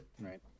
Right